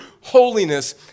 holiness